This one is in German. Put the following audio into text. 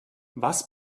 was